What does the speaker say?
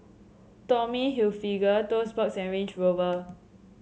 Tommy Hilfiger Toast Box and Range Rover